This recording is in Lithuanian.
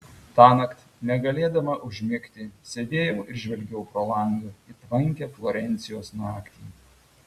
tąnakt negalėdama užmigti sėdėjau ir žvelgiau pro langą į tvankią florencijos naktį